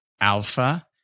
Alpha